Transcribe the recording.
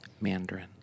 Mandarin